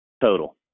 Total